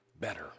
better